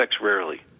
rarely